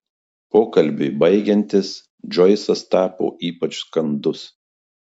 pokalbiui baigiantis džoisas tapo ypač kandus